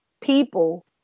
people